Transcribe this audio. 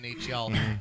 NHL